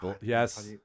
yes